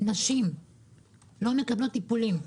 נשים לא מקבלות טיפולים,